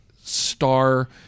Star